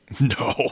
No